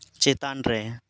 ᱪᱮᱛᱟᱱ ᱨᱮ